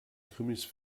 krimis